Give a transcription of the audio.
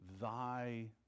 Thy